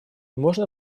можно